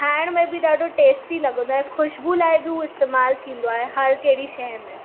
खाइण में बि ॾाढो टेस्टी लॻंदो आहे ख़ुशबू लाइ बि हूअ इस्तेमाल थींदो आहे हर कहिड़ी शइ में